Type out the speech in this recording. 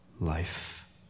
life